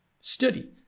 study